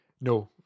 no